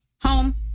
Home